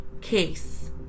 case